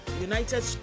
United